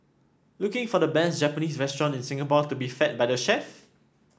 looking for the best Japanese restaurant in Singapore to be fed by the chef